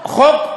חוק,